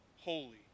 holy